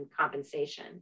compensation